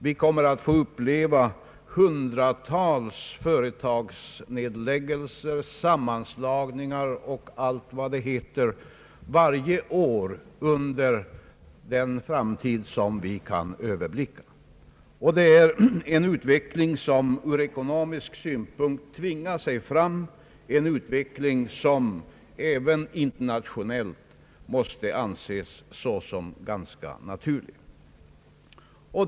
Vi kommer att få uppleva hundratals företagsnedläggelser, sammanslagningar och allt vad det heter varje år under den framtid som vi kan överblicka. Det är en utveckling som ur ekonomisk synpunkt tvingar sig fram, en utveckling som även internationellt måste anses som ganska naturlig.